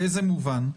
באיזה מובן?